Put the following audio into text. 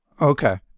Okay